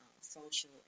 social